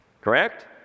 Correct